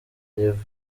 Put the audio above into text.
rev